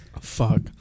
Fuck